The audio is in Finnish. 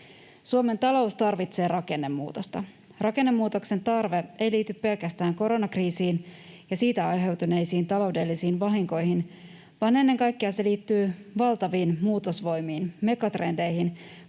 Suomen talous tarvitsee rakennemuutosta. Rakennemuutoksen tarve ei liity pelkästään koronakriisiin ja siitä aiheutuneisiin taloudellisiin vahinkoihin, vaan ennen kaikkea se liittyy valtaviin muutosvoimiin, megatrendeihin,